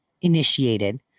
initiated